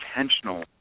intentional